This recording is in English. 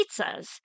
pizzas